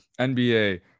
NBA